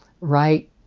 right